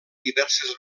diverses